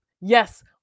Yes